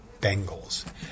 Bengals